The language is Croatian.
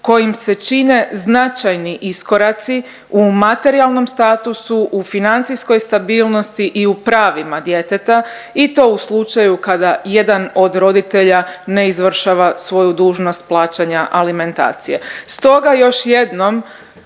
kojim se čine značajni iskoraci u materijalnom statusu, u financijskoj stabilnosti i u pravima djeteta i to u slučaju kada jedan od roditelja ne izvršava svoju dužnost plaćanja alimentacije.